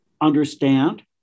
understand